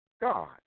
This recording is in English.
God